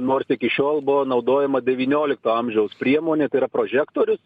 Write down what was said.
nors iki šiol buvo naudojama devyniolikto amžiaus priemonė tai yra prožektorius